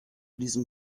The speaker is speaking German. diesem